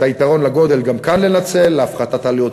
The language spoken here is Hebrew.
את יתרון הגודל גם כאן לנצל להפחתת עלויות